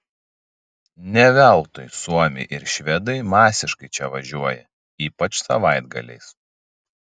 ne veltui suomiai ir švedai masiškai čia važiuoja ypač savaitgaliais